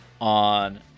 on